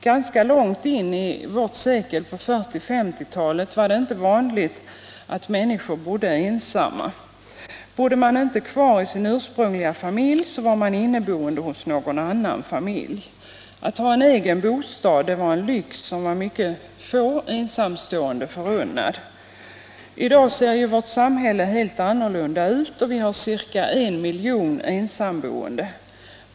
Ganska långt in på vårt sekel — t.o.m. så sent som på 1940 och 1950-talen — var det inte vanligt att människor bodde ensamma. Bodde man inte kvar i sin ursprungliga familj, var man inneboende hos någon annan familj. Att ha en egen bostad var en lyx som var mycket få ensamstående förunnad. I dag ser vårt samhälle helt annorlunda ut, och vi har ca en miljon ensamboende.